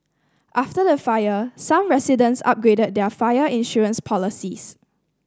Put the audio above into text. after the fire some residents upgraded their fire insurance policies